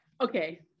okay